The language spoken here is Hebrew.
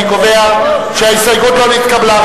אני קובע שההסתייגות לא נתקבלה.